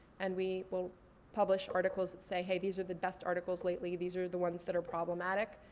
and we will publish articles that say, hey, these are the best articles lately. these are the ones that are problematic.